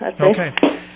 okay